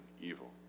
evil